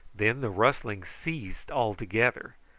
then the rustling ceased altogether,